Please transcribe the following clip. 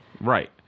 right